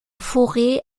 forêt